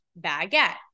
baguette